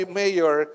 mayor